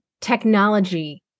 technology